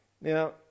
now